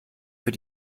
für